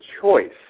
choice